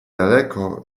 daleko